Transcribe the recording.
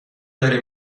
داری